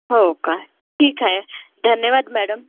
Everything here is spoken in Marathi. हो का ठीक आहे धन्यवाद मॅडम